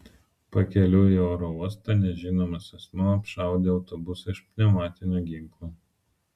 pakeliui į oro uostą nežinomas asmuo apšaudė autobusą iš pneumatinio ginklo